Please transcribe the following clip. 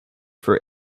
for